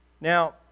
Now